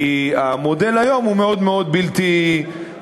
כי המודל היום הוא מאוד מאוד בלתי יעיל.